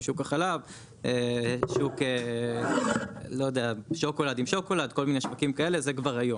שוק החלב שוק לא יודע שוקולד עם שוקולד כל מיני שווקים כאלה זה כבר היום,